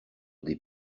des